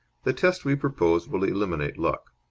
the test we propose will eliminate luck.